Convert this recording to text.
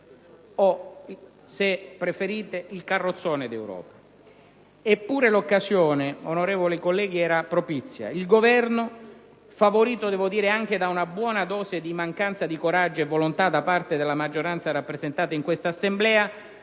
o, se preferite, il carrozzone d'Europa. Eppure l'occasione, colleghi, era propizia. Il Governo, favorito anche da una buona dose di mancanza di coraggio e volontà da parte della maggioranza rappresentata in quest'Assemblea,